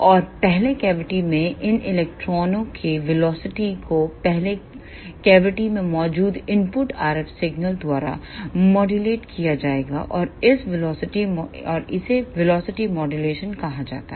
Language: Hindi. और पहले कैविटी में इन इलेक्ट्रॉनों के वेलोसिटी को पहले कैविटी में मौजूद इनपुट RF सिग्नल द्वारा मॉड्यूललेट किया जाएगा और इसे वेलोसिटीVELOCITY मॉड्यूलेशन कहा जाता है